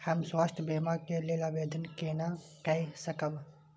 हम स्वास्थ्य बीमा के लेल आवेदन केना कै सकब?